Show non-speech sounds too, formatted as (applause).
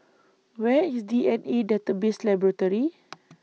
Where IS D N A Database Laboratory (noise)